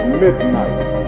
midnight